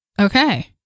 Okay